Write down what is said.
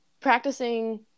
practicing